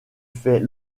fait